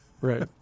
right